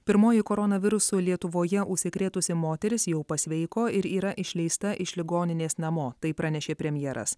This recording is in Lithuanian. pirmoji koronavirusu lietuvoje užsikrėtusi moteris jau pasveiko ir yra išleista iš ligoninės namo tai pranešė premjeras